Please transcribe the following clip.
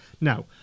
now